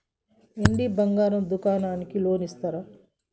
వెండి బంగారం దుకాణానికి లోన్ ఇస్తారా?